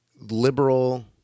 liberal